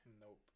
nope